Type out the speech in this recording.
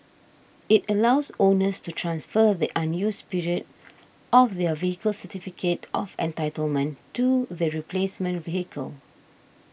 it allows owners to transfer the unused period of their vehicle's certificate of entitlement to the replacement vehicle